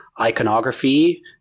iconography